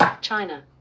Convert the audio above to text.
China